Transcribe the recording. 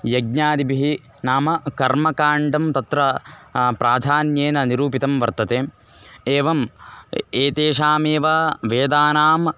यज्ञादिभिः नाम कर्मकाण्डं तत्र प्राधान्येन निरूपितं वर्तते एवम् एतेषामेव वेदानां